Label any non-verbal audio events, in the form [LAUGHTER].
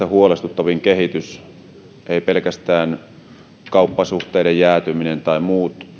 [UNINTELLIGIBLE] huolestuttavin kehitys ei pelkästään kauppasuhteiden jäätyminen tai muut